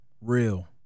Real